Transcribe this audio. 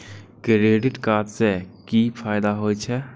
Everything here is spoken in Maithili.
क्रेडिट कार्ड से कि फायदा होय छे?